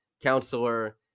counselor